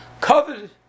Covered